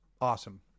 awesome